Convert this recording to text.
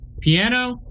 piano